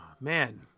man